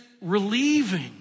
relieving